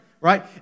right